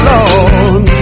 Lord